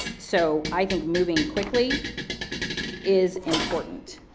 so i think moving quickly is important.